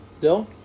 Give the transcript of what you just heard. Dill